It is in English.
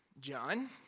John